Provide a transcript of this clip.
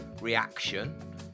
reaction